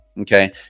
okay